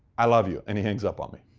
i love you. and he hangs up on me.